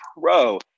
pro